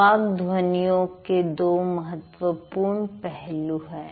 वाक् ध्वनियों के दो महत्वपूर्ण पहलू हैं